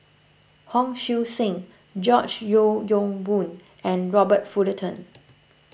Hon Sui Sen George Yeo Yong Boon and Robert Fullerton